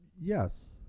Yes